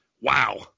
Wow